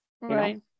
Right